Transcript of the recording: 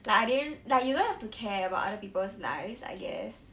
like I didn't like you don't have to care about other people's lives I guess